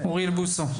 אוריאל בוסו.